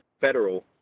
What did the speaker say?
federal